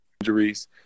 injuries